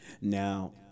Now